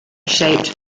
shaped